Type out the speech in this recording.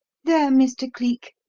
there, mr. cleek,